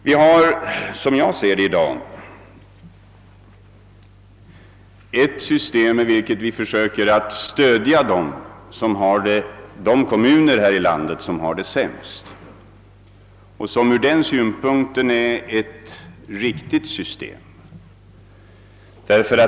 Vi har i dag ett system varmed vi försöker stödja de kommuner här i landet som har det sämst ställt.